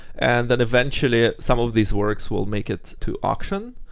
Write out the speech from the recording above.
and then eventually some of these works will make it to auction.